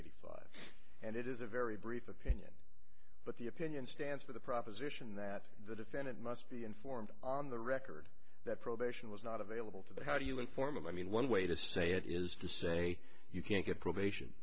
thousand and it is a very brief opinion but the opinion stands for the proposition that the defendant must be informed on the record that probation was not available to the how do you inform him i mean one way to say it is to say you can't get probation